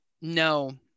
no